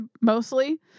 mostly